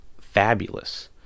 fabulous